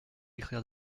écrire